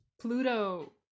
Pluto